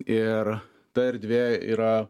ir ta erdvė yra